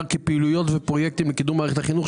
כפעילויות ופרויקטים לקידום מערכת החינוך,